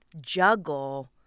juggle